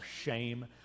shame